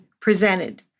presented